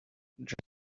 dressed